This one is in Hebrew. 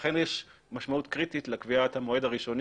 לכן יש משמעות קריטית לקביעת המועד הראשוני